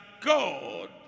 God